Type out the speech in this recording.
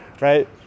right